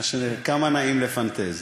כמה נעים לפנטז.